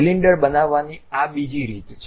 cylinder બનાવવાની આ બીજી રીત છે